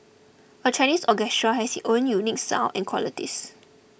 a Chinese orchestra has its own unique sound in qualities